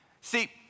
See